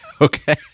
Okay